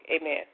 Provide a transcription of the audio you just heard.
Amen